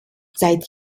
seit